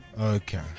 Okay